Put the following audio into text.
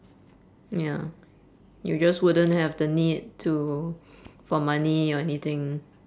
ya you just wouldn't have the need to for money or anything